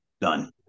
done